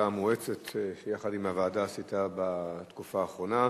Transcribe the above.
המואצת שיחד עם הוועדה עשית בתקופה האחרונה,